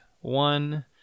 one